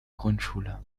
grundschule